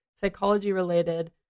psychology-related